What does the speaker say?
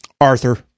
Arthur